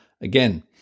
again